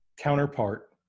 counterpart